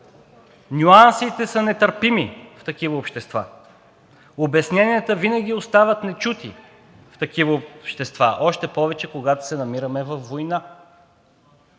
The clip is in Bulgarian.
нюансите са нетърпими в такива общества. Обясненията винаги остават нечути в такива общества, още повече, когато се намираме във война.